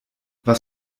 was